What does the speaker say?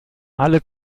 alle